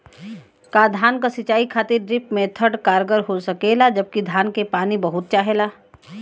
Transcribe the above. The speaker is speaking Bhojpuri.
का धान क सिंचाई खातिर ड्रिप मेथड कारगर हो सकेला जबकि धान के पानी बहुत चाहेला?